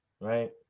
right